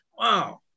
Wow